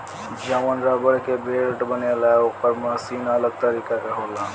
जवन रबड़ के बेल्ट बनेला ओकर मशीन अलग तरीका के होला